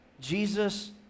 Jesus